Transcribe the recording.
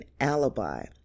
alibi